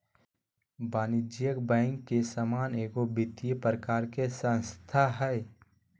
वाणिज्यिक बैंक के समान एगो वित्तिय प्रकार के संस्था हइ